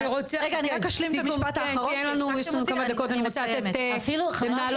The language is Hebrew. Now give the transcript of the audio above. אני רק אשלים את המשפט האחרון -- אפילו יש מרכז